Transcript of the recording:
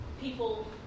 people